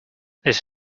this